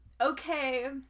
okay